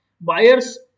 buyers